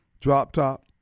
drop-top